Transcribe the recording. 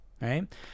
right